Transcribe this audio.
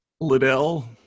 Liddell